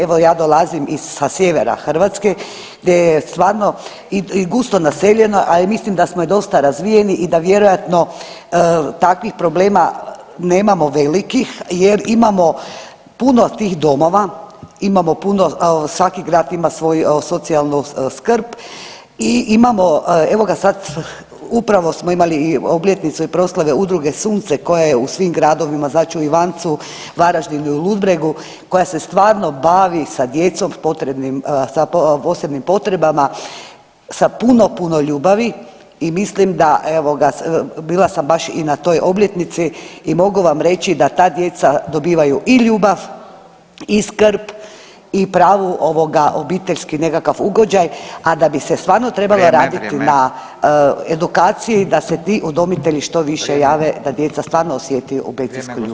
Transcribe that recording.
Evo ja dolazim sa sjevera Hrvatske gdje je stvarno i gusto naseljeno, ali mislim da smo dosta razvijeni i da vjerojatno takvih problema nemamo velikih jer imamo puno tih domova, imamo puno, svaki grad ima svoju socijalnu skrb i imamo, evo ga sad upravo smo imali i obljetnicu proslave udruge Sunce koja je u svim gradovima, znači u Ivancu, Varaždinu i Ludbregu koja se stvarno bavi sa djecom sa posebnim potrebnima sa puno puno ljubavi i mislim da evo ga bila sam baš i na toj obljetnici i mogu vam reći da ta djeca dobivaju i ljubav i skrb i pravu ovoga obiteljski nekakav ugođaj, a da bi se stvarno trebalo raditi na [[Upadica: Vrijeme, vrijeme.]] edukaciji da se ti udomitelji što više jave da djeca stvarno osjete obiteljsku ljubav.